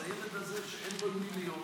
אז הילד הזה שאין לו עם מי להיות,